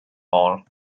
pool